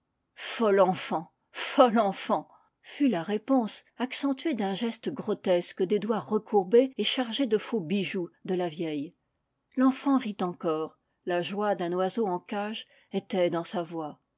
enfant folle enfant fut la réponse accentuée d'un geste grotesque des doigts recourbés et chargés de faux bijoux de la vieille l'enfant rit encore lajoie d'un oiseau en cage était dans sa voix